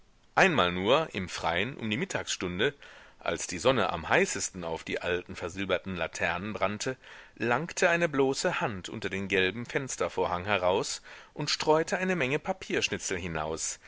einmal nur im freien um die mittagsstunde als die sonne am heißesten auf die alten versilberten laternen brannte langte eine bloße hand unter den gelben fenstervorhang heraus und streute eine menge papierschnitzel hinaus